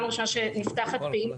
של מה שנקרא --,